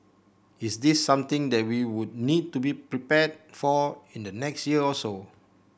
is this something that we would need to be prepared for in the next year or so